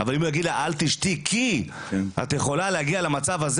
אבל אם הוא יגיד לה "אל תשתי כי את יכולה להגיע למצב הזה